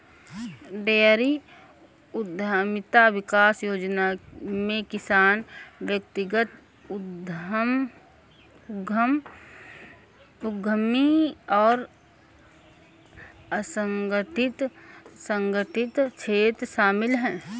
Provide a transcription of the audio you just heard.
dairy उद्यमिता विकास योजना में किसान व्यक्तिगत उद्यमी और असंगठित संगठित क्षेत्र शामिल है